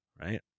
right